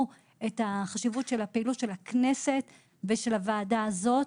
את החשיבות של פעילות הכנסת ושל הוועדה הזאת.